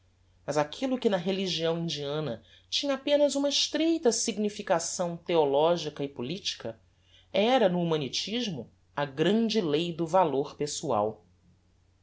mas aquillo que na religião indiana tinha apenas uma estreita significação theologica e politica era no humanitismo a grande lei do valor pessoal